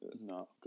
No